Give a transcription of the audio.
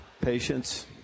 Patience